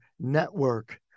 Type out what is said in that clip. network